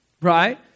right